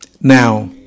Now